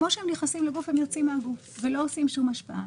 כפי שהם נכנסים לגוף הם יוצאים מן הגוף ולא עושים שום השפעה.